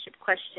question